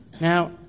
Now